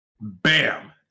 Bam